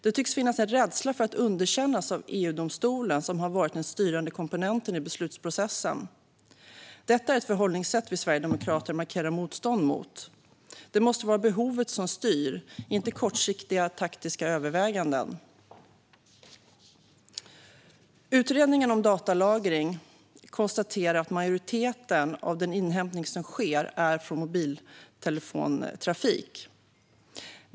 Det tycks finnas en rädsla för att underkännas av EU-domstolen som har varit den styrande komponenten i beslutsprocessen. Detta är ett förhållningssätt som vi sverigedemokrater markerar motstånd mot. Det måste vara behovet som styr, inte kortsiktiga taktiska överväganden. Utredningen om datalagring och EU-rätten konstaterar att majoriteten av den inhämtning som sker är från mobiltelefontrafik.